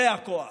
זה הכוח.